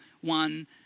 one